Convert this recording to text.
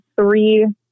three